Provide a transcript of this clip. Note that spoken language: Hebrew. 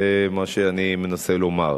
זה מה שאני מנסה לומר.